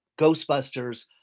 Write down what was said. Ghostbusters